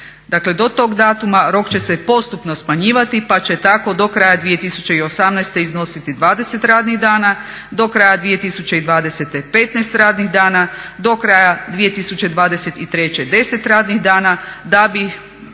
Dakle do tog datuma rok će se postupno smanjivati pa će tako do kraja 2018. iznositi 20 radnih dana, do kraja 2020. 15 radnih dana, do kraja 2023. 10 radnih dana, da bi